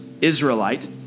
Israelite